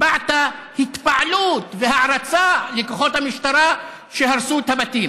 הבעת התפעלות והערצה לכוחות המשטרה שהרסו את הבתים.